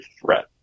threat